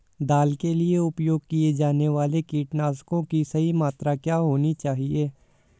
दाल के लिए उपयोग किए जाने वाले कीटनाशकों की सही मात्रा क्या होनी चाहिए?